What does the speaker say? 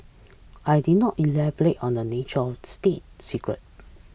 I did not elaborate on the nature of state secret